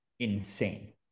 insane